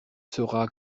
sera